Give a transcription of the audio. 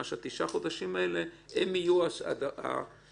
שתשעת החודשים הללו הם יהיה ההשלמה,